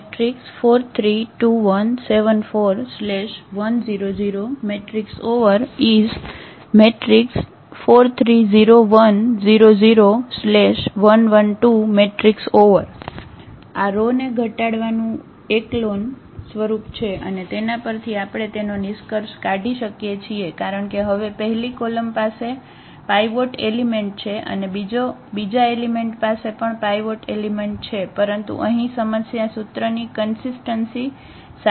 4 3 2 1 7 4 |1 0 0 4 3 0 1 0 0 |1 1 2 આ રો ને ઘટાડવાનું એકલોન સ્વરૂપ છે અને તેના પરથી આપણે તેનો નિસ્કર્ષ કાઢી શકીએ છીએ કારણ કે હવે પહેલી કોલમ પાસે પાઇવોટ એલિમેન્ટ છે અને બીજા એલિમેન્ટ પાસે પણ પાઇવોટ એલિમેન્ટ છે પરંતુ અહીં સમસ્યા સૂત્રની કન્સીસ્ટન્સી સાથે છે